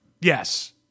Yes